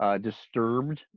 disturbed